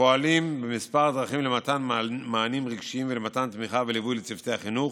פועלים בכמה דרכים למתן מענים רגשיים ולמתן תמיכה וליווי לצוותי החינוך,